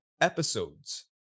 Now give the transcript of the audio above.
episodes